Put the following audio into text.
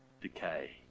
decay